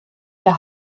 der